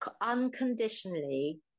unconditionally